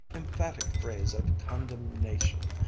emphatic phrase of condemnation.